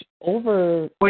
over